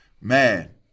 man